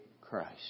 Christ